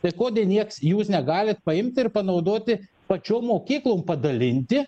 tai ko nieks jūs negalit paimt ir panaudoti pačiom mokyklom padalinti